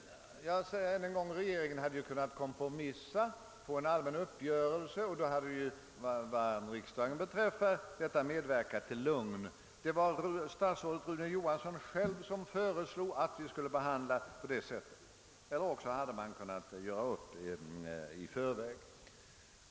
Jag upprepar än en gång att regeringen hade kunnat kompromissa för att få till stånd en allmän uppgörelse, vilket för riksdagens vidkommande hade medverkat till att skapa lugn i denna fråga. Det var statsrådet Rune Johansson själv som föreslog att vi skulle handla på detta sätt. Man skulle också ha kunnat göra upp i förväg.